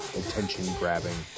attention-grabbing